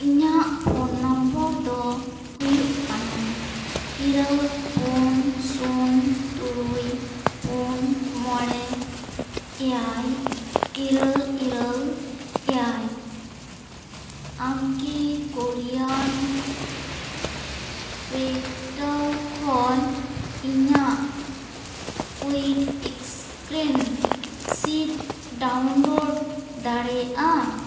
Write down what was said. ᱤᱧᱟᱹᱜ phone number ᱫᱚ ᱦᱩᱭᱩᱜ ᱠᱟᱱᱟ ᱤᱨᱟᱹᱞ ᱯᱩᱱ ᱥᱩᱱ ᱛᱩᱨᱩᱭ ᱯᱩᱱ ᱢᱚᱬᱮ ᱮᱭᱟᱭ ᱤᱨᱟᱹᱞ ᱤᱨᱟᱹᱞ ᱮᱭᱟᱭ ᱟᱢ ᱠᱤ ᱠᱳᱩᱭᱤᱱ ᱯᱳᱨᱴᱟᱞ ᱠᱷᱚᱱ ᱤᱧᱟᱹᱜ ᱠᱳᱵᱷᱤᱰ ᱤᱭᱮᱠᱥᱤᱱ ᱥᱤᱫᱽ ᱰᱟᱣᱩᱱᱞᱚᱰ ᱫᱟᱲᱮᱭᱟᱜᱼᱟ